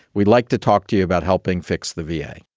we'd like to talk to you about helping fix the v a.